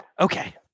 Okay